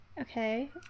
Okay